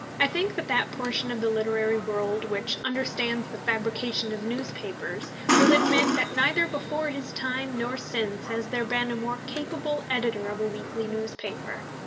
i think that that portion of the literary world which understands the fabrication of newspapers will admit that neither before his time, nor since, has there been a more capable editor of a weekly newspaper.